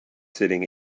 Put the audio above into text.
sitting